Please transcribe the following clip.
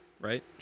right